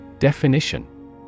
Definition